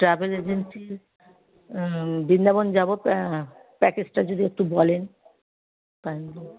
travel agency Vrindavan যাব প্যা প্যাকেজটা যদি একটু বলেন কাইন্ডলি